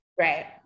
Right